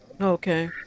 Okay